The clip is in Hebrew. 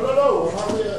לא, לא.